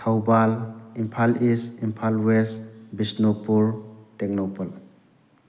Thoubal Imphal east Imphal west Bishnupur Tengnoupal